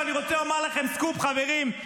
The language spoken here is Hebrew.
אני רוצה לומר לכם סקופ, חברים.